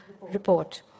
report